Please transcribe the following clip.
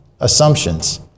assumptions